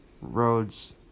roads